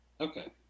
Okay